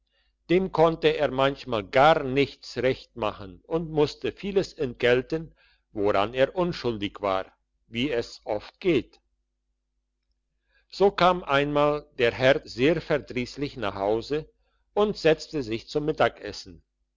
dem konnte er manchmal gar nichts recht machen und musste vieles entgelten woran er unschuldig war wie es oft geht so kam einmal der herr sehr verdriesslich nach hause und setzte sich zum mittagessen